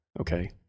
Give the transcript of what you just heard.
okay